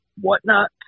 whatnot